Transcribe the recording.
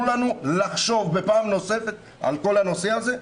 לנו לחשוב פעם נוספת על כל הנושא הזה,